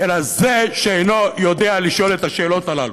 אלא זה שאינו יודע לשאול את השאלות האלה.